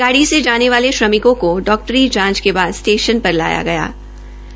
गाड़ी से जाने वाले श्रमिकों को डाक्टरी जांच के बाद स्टेशन र लाया गा